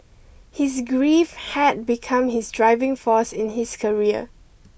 his grief had become his driving force in his career